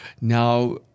Now